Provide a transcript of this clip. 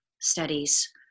studies